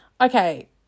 Okay